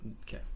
Okay